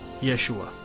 Yeshua